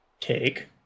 take